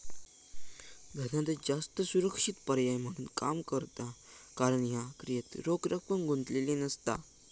धनादेश जास्त सुरक्षित पर्याय म्हणून काम करता कारण ह्या क्रियेत रोख रक्कम गुंतलेली नसता